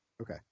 Okay